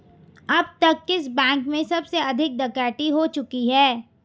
अब तक किस बैंक में सबसे अधिक डकैती हो चुकी है?